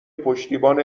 پشتیبان